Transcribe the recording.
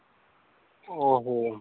ଓହୋ